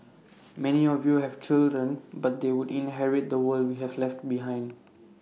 many of you have children but they would inherit the world we have left behind